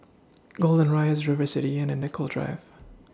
Golden Rise River City Inn and Nicoll Drive